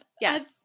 Yes